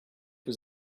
was